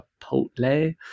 Chipotle